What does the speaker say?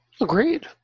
Agreed